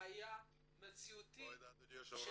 כשהיא הייתה שרת הקליטה ואז הייתה בעיה של --- אדוני היושב ראש,